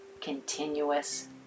continuous